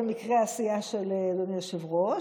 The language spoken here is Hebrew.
במקרה הסיעה של אדוני היושב-ראש,